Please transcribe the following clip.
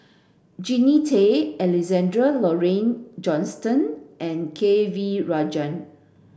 Jannie Tay Alexander Laurie Johnston and K V Rajah